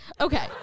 Okay